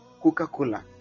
coca-cola